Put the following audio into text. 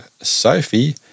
Sophie